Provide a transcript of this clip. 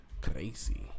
Crazy